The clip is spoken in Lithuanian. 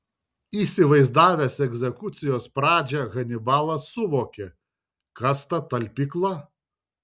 įsivaizdavęs egzekucijos pradžią hanibalas suvokė kas ta talpykla